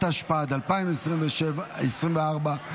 התשפ"ד 2024,